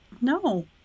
No